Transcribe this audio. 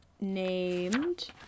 named